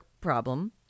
problem